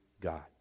God